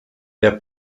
der